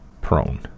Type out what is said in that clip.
prone